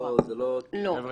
לא רק, לא.